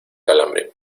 calambre